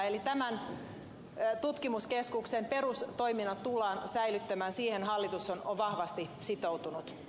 eli tämän tutkimuskeskuksen perustoiminnot tullaan säilyttämään siihen hallitus on vahvasti sitoutunut